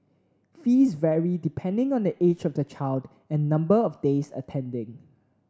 fees vary depending on the age of the child and number of days attending